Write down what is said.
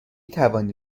توانی